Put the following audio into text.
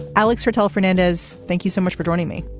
alex fertel fernandez, thank you so much for joining me.